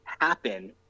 happen